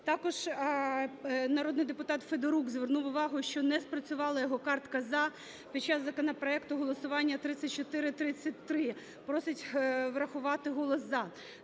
Також народний депутатФедорук звернув увагу, що не спрацювала його картка "за" під час законопроекту голосування 3433. Просить врахувати голос "за".